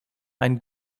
ein